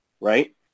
right